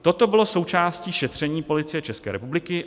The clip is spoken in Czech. Toto bylo součástí šetření Policie České republiky.